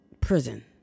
prison